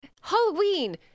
halloween